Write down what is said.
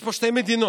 יש פה שתי מדינות.